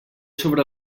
sobre